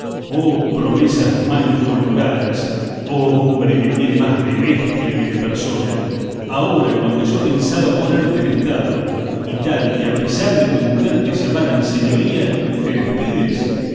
oh promesas mal colocadas oh hombre que tiene más de bestia que de persona ahora cuando yo pensaba ponerte en estado y tal que a pesar de tu mujer te llamaran señoría te despides